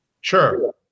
Sure